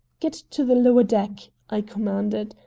get to the lower deck! i commanded.